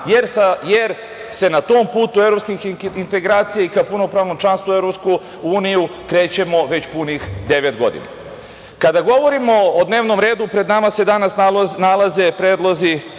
jer se na tom putu u evropskih integracija i ka punopravnom članstvu u EU krećemo već punih devet godina. Kada govorimo o dnevnom redu, pred nama se danas nalaze Predlozi